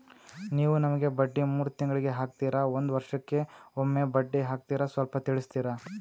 ನೀವು ನಮಗೆ ಬಡ್ಡಿ ಮೂರು ತಿಂಗಳಿಗೆ ಹಾಕ್ತಿರಾ, ಒಂದ್ ವರ್ಷಕ್ಕೆ ಒಮ್ಮೆ ಬಡ್ಡಿ ಹಾಕ್ತಿರಾ ಸ್ವಲ್ಪ ತಿಳಿಸ್ತೀರ?